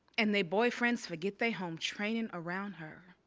and they boyfriend's forget they home trainin around her.